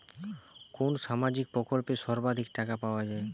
কোন সামাজিক প্রকল্পে সর্বাধিক টাকা পাওয়া য়ায়?